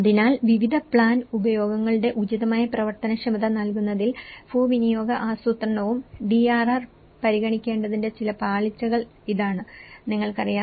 അതിനാൽ വിവിധ പ്ലാൻ ഉപയോഗങ്ങളുടെ ഉചിതമായ പ്രവർത്തനക്ഷമത നൽകുന്നതിൽ ഭൂവിനിയോഗ ആസൂത്രണവും ഡിആർആർ പരിഗണിക്കേണ്ടതിന്റെ ചില പാളിച്ചകൾ ഇതാണ് നിങ്ങൾക്കറിയാം